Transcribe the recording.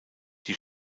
die